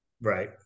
Right